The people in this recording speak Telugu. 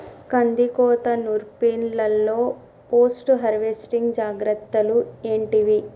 కందికోత నుర్పిల్లలో పోస్ట్ హార్వెస్టింగ్ జాగ్రత్తలు ఏంటివి?